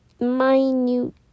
minute